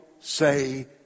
say